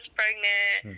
pregnant